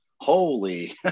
Holy